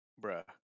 Bruh